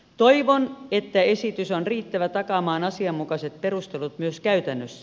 toivon että esitys on riittävä takaamaan asianmukaiset perustelut myös käytännössä